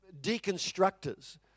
deconstructors